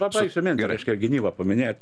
pabaigsiu mintį gynybą paminėt